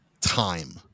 time